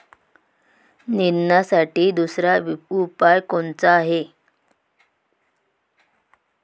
निंदनासाठी दुसरा उपाव कोनचा हाये?